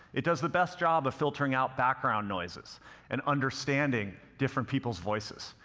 it does the best job of filtering out background noises and understanding different people's voices,